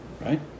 Right